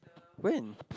when